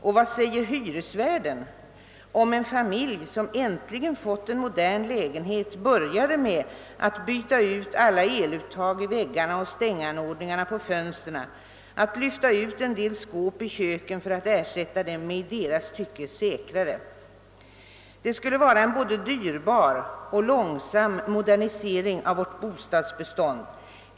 Och vad säger hyresvärden om en familj, som äntligen fått en modern lägenhet, börjar med att byta ut eluttagen i väggarna och stänganordningarna i fönstren, att lyfta ut en del skåp ur köken för att ersätta dem med i deras tycke säkrare? Det skulle innebära en både dyrbar och långsam modernisering av vårt bostadsbestånd.